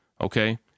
Okay